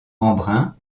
embrun